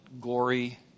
gory